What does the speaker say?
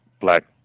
black